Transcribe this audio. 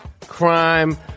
crime